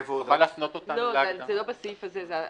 אתה מוכן להפנות אותנו --- זה לא בסעיף הזה.